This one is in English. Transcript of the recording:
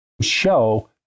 show